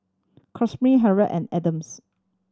Kamryn Harriett and Adams